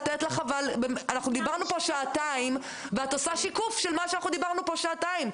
את עושה שיקוף של מה שדיברנו עליו שעתיים.